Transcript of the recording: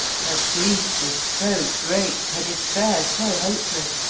her grief was so great, her despair so hopeless,